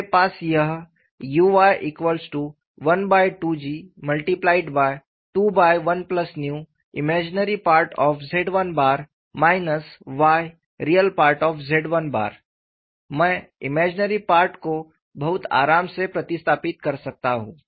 मेरे पास यह uy12G21ImZ1 yReZ1 मैं इमेजिनरी पार्ट को बहुत आराम से प्रतिस्थापित कर सकता हूँ